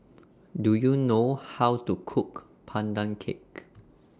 Do YOU know How to Cook Pandan Cake